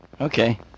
Okay